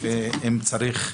ואם צריך,